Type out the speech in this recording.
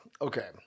Okay